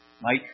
Mike